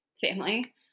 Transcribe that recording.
family